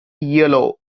yellow